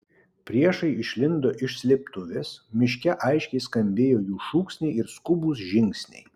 priešai išlindo iš slėptuvės miške aiškiai skambėjo jų šūksniai ir skubūs žingsniai